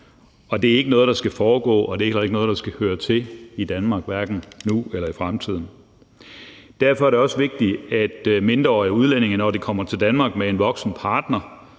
Og det er ikke noget, der skal foregå, og det er heller ikke noget, der skal høre til i Danmark, hverken nu eller i fremtiden. Derfor er det også vigtigt, at mindreårige udlændinge, når de kommer til Danmark med en voksen partner,